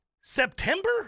September